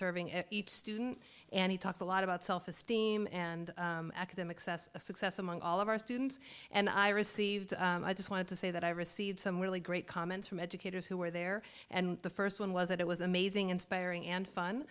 serving in each student and he talks a lot about self esteem and academics us success among all of our students and i received i just wanted to say that i received some really great comments from educators who were there and the first one was that it was amazing inspiring and fun